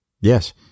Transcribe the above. Yes